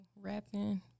rapping